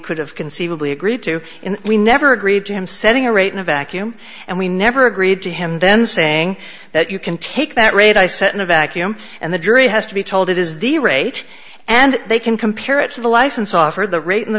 could have conceivably agreed to in we never agreed to him setting a rate in a vacuum and we never agreed to him then saying that you can take that rate i said in a vacuum and the jury has to be told it is the rate and they can compare it to the license offered the rate in the